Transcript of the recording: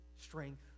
strength